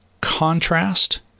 contrast